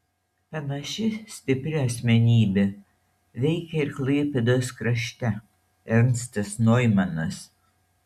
panaši stipri asmenybė veikė ir klaipėdos krašte ernstas noimanas